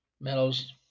medals